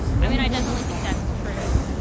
i mean, i definitely think that's true.